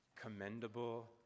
commendable